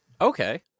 Okay